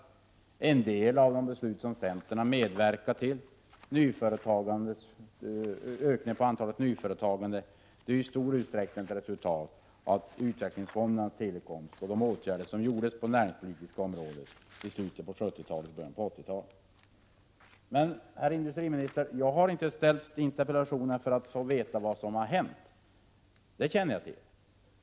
En del av de besluten har centern medverkat till. Ökningen av antalet nya företag är i stor utsträckning ett resultat av utvecklingsfondernas tillkomst och av de åtgärder som gjordes på det näringspolitiska området i slutet av 70 och början på 80-talet. Men, herr industriminister, jag har inte ställt interpellationen för att få veta vad som har hänt. Det känner jag till.